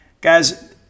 Guys